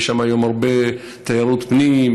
יש שם היום הרבה תיירות פנים,